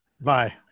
Bye